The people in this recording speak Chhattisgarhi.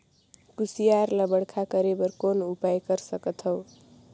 कुसियार ल बड़खा करे बर कौन उपाय कर सकथव?